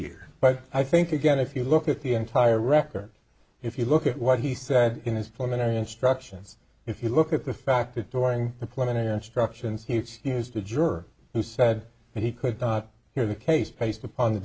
here but i think again if you look at the entire record if you look at what he said in his pulmonary instructions if you look at the fact that during the clinton instructions he used a juror who said he could not hear the case based upon the